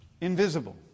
invisible